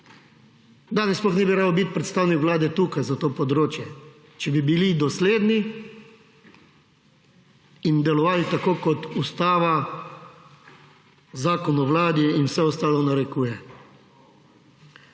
sploh ne bi rabil biti predstavnik Vlade tukaj za to področje, če bi bili dosledni in delovali tako kot ustava, Zakon o Vladi in vse ostalo narekuje.